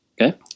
Okay